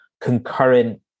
concurrent